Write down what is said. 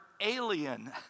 alien